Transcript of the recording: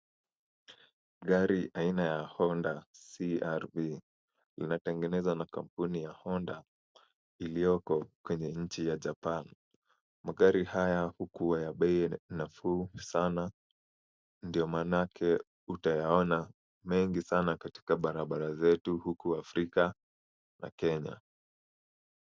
Gari aina ya HONDA CR-V. Inatengenezwa na kampuni ya HONDA iliyoko kwenye nchi ya Japan. Magari haya hukuwa ya bei nafuu sana, ndio maanake utayaona mengi sana katika barabara zetu huku Afrika na Kenya.